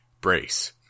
Brace